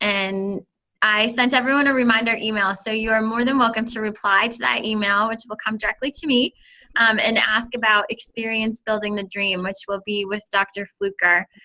and i sent everyone a reminder email, so you are more than welcome to reply to that email which will come directly to me and ask about experience building the dream, which will be with dr. fluker.